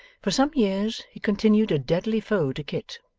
for some years he continued a deadly foe to kit,